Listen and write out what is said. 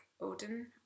odin